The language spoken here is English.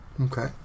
Okay